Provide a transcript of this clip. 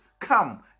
come